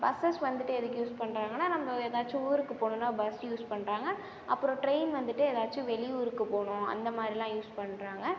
buses வந்துட்டு எதுக்கு use பண்ணுறாங்கன்னா நம்ம ஏதாச்சும் ஊருக்கு போகணுன்னா பஸ் யூஸ் பண்ணுறாங்க அப்புறம் ட்ரெயின் வந்துட்டு ஏதாச்சும் வெளி ஊருக்கு போகணும் அந்தமாதிரிலாம் யூஸ் பண்ணுறாங்க